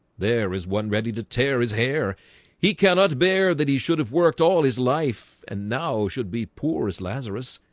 there is one ready to tear his hair he cannot bear that he should have worked all his life and now should be poorest lazarus.